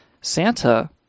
Santa